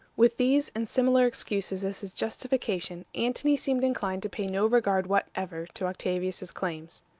with these and similar excuses as his justification, antony seemed inclined to pay no regard whatever to octavius's claims.